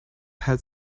had